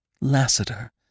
Lassiter